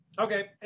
Okay